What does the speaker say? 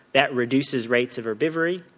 that reduces rates of herbivory